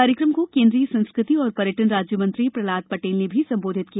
कार्यक्रम को केन्द्रीय संस्कृति एवं पर्यटन राज्य मंत्री प्रहलाद पटेल ने भी संबोधित किया